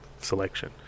selection